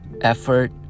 effort